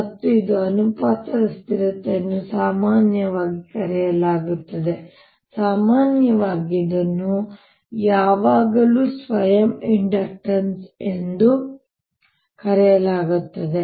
ಮತ್ತು ಇದು ಅನುಪಾತದ ಸ್ಥಿರತೆಯನ್ನು ಸಾಮಾನ್ಯವಾಗಿ ಕರೆಯಲಾಗುತ್ತದೆ ಸಾಮಾನ್ಯವಾಗಿ ಇದನ್ನು ಯಾವಾಗಲೂ ಸ್ವಯಂ ಇಂಡಕ್ಟನ್ಸ್ ಎಂದು ಕರೆಯಲಾಗುತ್ತದೆ